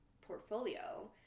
portfolio